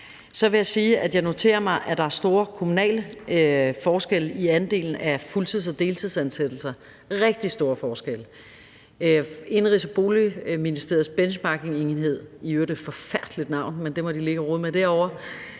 jeg noterer mig, at der er store kommunale forskelle i andelen af fuldtids- og deltidsansættelser; der er rigtig store forskelle. Indenrigs- og Boligministeriets Benchmarkingenhed – i øvrigt et forfærdeligt navn, men det må de ligge og rode med derovre